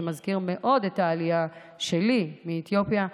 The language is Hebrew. זה מזכיר מאוד את העלייה שלי מאתיופיה.